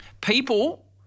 People